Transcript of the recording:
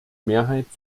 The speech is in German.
mehrheit